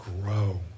grow